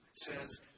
says